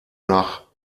nach